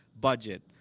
budget